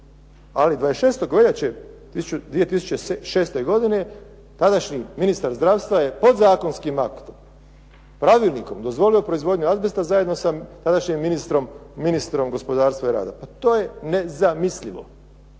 ali 26. veljače 2006. godine tadašnji ministar zdravstva je podzakonskim aktom, pravilnikom, dozvolio proizvodnju azbesta zajedno sa tadašnjim ministrom gospodarstva i rada. To je nezamislivo.